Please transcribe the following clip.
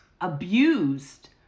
abused